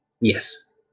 Yes